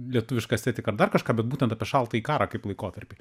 lietuvišką estetiką ar dar kažką bet būtent apie šaltąjį karą kaip laikotarpį